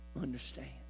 Understand